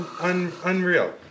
Unreal